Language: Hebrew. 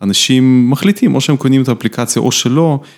אנשים מחליטים, או שהם קונים את האפליקציה או שלא.